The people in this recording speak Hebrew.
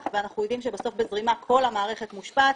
ואנחנו יודעים שבסוף בזרימה כל המערכת מושפעת.